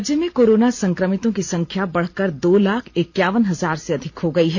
राज्य में कोरोना संक्रमितों की सख्या बढ़कर दो लाख इक्यावन हजार से अधिक हो गयी है